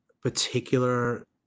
particular